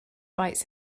bites